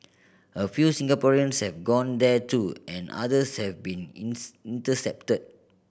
a few Singaporeans have gone there too and others have been intercepted